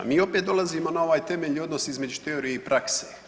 Mi opet dolazimo na ovaj temeljni odnos između teorije i prakse.